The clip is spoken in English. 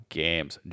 games